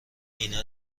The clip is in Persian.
اینا